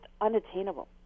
unattainable